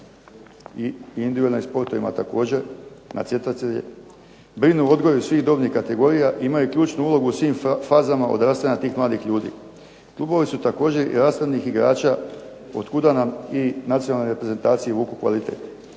i individualnim sportovima također natjecatelje, brinu o odgoju svih dobnih kategorija, imaju ključnu ulogu u svim fazama odrastanja tih mladih ljudi. Klubovi su također i rasadnik igrača otkuda nam i nacionalne reprezentacije vuku kvalitet.